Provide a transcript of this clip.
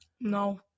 No